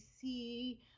see